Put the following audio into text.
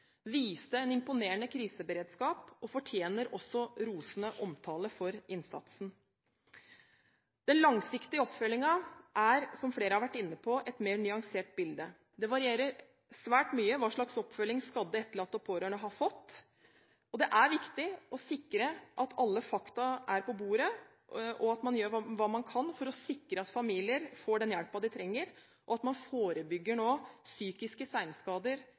viste en imponerende kriseberedskap og fortjener også rosende omtale for innsatsen. Den langsiktige oppfølgingen er, som flere har vært inne på, et mer nyansert bilde. Det varierer svært mye hva slags oppfølging skadde, etterlatte og pårørende har fått. Det er viktig å sikre at alle fakta er på bordet, og at man gjør hva man kan for å sikre at familier får den hjelpen de trenger, og at man nå forebygger psykiske